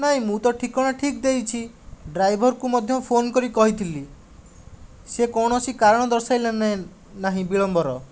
ନାହିଁ ମୁଁ ତ ଠିକଣା ଠିକ୍ ଦେଇଛି ଡ୍ରାଇଭରକୁ ମଧ୍ୟ ଫୋନ୍ କରି କହିଥିଲି ସେ କୌଣସି କାରଣ ଦର୍ଶାଇଲା ନାହିଁ ବିଳମ୍ବର